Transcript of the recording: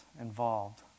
involved